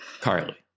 Carly